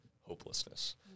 hopelessness